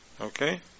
okay